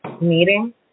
meeting